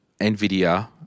Nvidia